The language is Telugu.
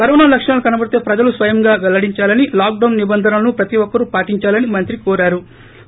కరోనా లక్షణాలు కనబడితే ప్రజలు స్వయంగా పెల్లడించాలని లాక్ డౌస్ నిబంధనలను ప్రతి క్కరు పాటిందాలని మంత్రి కోరారు